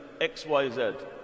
XYZ